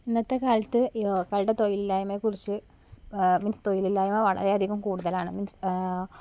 ഇന്നത്തെ കാലത്ത് യുവാക്കളുടെ തൊഴിലില്ലായ്മയെ കുറിച്ച് മീൻസ് തൊഴിലില്ലായ്മ വളരെയധികം കൂടുതലാണ് മീൻസ്